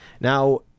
now